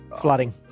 flooding